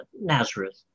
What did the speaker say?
Nazareth